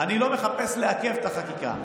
אני לא מחפש לעכב את החקיקה,